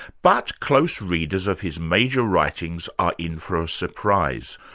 but close readers of his major writings are in for a surprise.